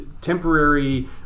temporary